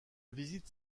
visite